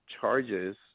charges